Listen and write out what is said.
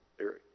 Eric